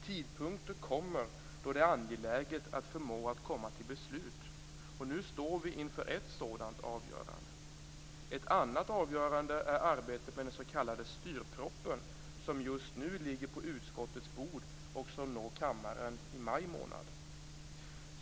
Tidpunkter kommer då det är angeläget att komma till beslut, och nu står vi inför ett sådant avgörande. Ett annat avgörande är arbetet med s.k. styrpropositionen, som just nu ligger på utskottets bord och som når kammaren i maj månad.